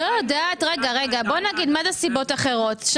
מה זה סיבות אחרות?